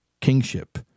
kingship